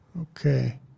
okay